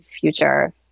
future